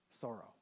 sorrow